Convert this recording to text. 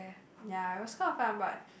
ya it was kind of fun but